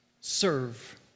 serve